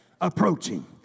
approaching